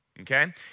Okay